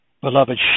beloved